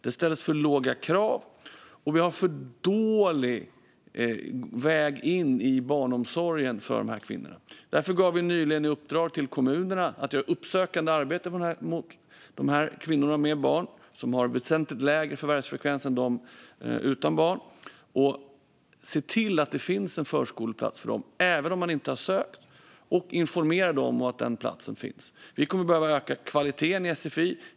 Det ställs för låga krav, och vi har en för dålig väg in i barnomsorgen för de här kvinnorna. Därför gav vi nyligen i uppdrag till kommunerna att göra uppsökande arbete mot kvinnor med barn - som har väsentligt lägre förvärvsfrekvens än dem utan barn - och se till att det finns en förskoleplats för dem, även om de inte har sökt, och informera dem om att den platsen finns. Vi kommer att behöva öka kvaliteten i sfi.